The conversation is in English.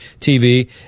tv